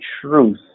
truth